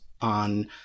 on